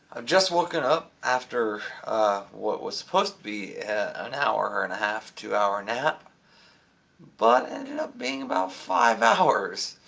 i've just woken up after what was supposed to be an hour and a half, two hour nap but ended and and up being about five hours.